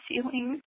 ceiling